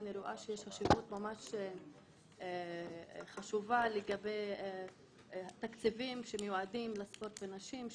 אני רואה שיש חשיבות חשובה לגבי התקציבים שמיועדים לספורט לנשים,